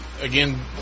again